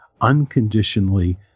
unconditionally